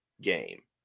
game